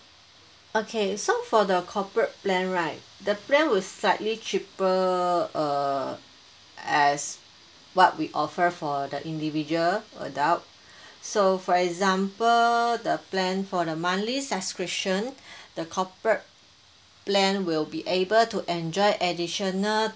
okay so for the corporate plan right the plan will slightly cheaper uh as what we offer for the individual adult so for example the plan for the monthly subscription the corporate plan will be able to enjoy additional